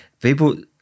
people